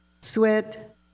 sweat